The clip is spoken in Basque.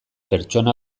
pertsona